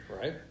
Right